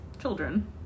Children